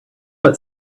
what